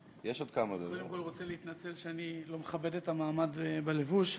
קודם כול רוצה להתנצל שאני לא מכבד את המעמד בלבוש,